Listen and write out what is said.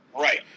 Right